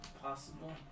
possible